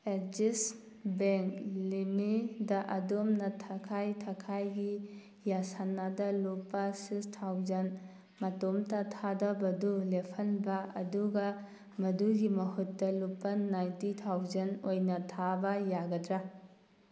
Axis bank ꯂꯤꯃꯤꯗ ꯑꯗꯣꯝꯅ ꯊꯈꯥꯏ ꯊꯈꯥꯏꯒꯤ ꯌꯥꯁꯅꯥꯗ ꯂꯨꯄꯥ ꯁꯤꯛꯁ ꯊꯥꯎꯖꯟ ꯃꯇꯣꯝꯇ ꯊꯥꯊꯕꯗꯨ ꯂꯦꯞꯍꯟꯕ ꯑꯗꯨꯒ ꯃꯗꯨꯒꯤ ꯃꯍꯨꯠꯇ ꯂꯨꯄꯥ ꯅꯥꯏꯟꯇꯤ ꯊꯥꯎꯖꯟ ꯑꯣꯏꯅ ꯊꯥꯕ ꯌꯥꯒꯗ꯭ꯔꯥ